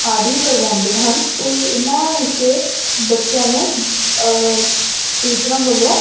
ਆਦਿ ਕਰਵਾਉਂਦੇ ਹਨ ਅਤੇ ਇਹਨਾਂ ਵਿੱਚ ਬੱਚਿਆਂ ਨੂੰ ਟੀਚਰਾਂ ਵੱਲੋਂ